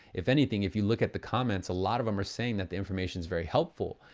if anything, if you look at the comments, a lot of them are saying that the information is very helpful.